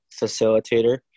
facilitator